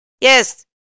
Yes